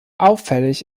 auffällig